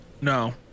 No